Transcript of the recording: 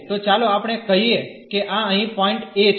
તો ચાલો આપણે કહીએ કે આ અહીં પોઇન્ટ a છે